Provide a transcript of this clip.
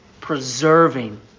preserving